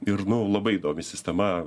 ir nu labai įdomi sistema